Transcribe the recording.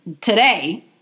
today